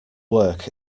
work